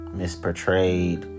misportrayed